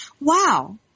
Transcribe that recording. wow